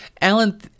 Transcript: Alan